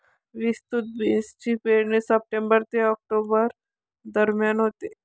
विस्तृत बीन्सची पेरणी सप्टेंबर ते ऑक्टोबर दरम्यान होते